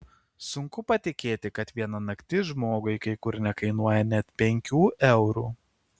sunku patikėti kad viena naktis žmogui kai kur nekainuoja net penkių eurų